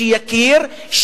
שיכיר,